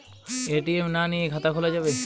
ATM না নিয়ে খাতা খোলা যাবে?